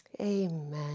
Amen